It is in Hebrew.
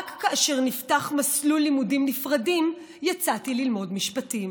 רק כאשר נפתח מסלול לימודים נפרדים יצאתי ללמוד משפטים.